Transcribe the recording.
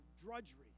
drudgery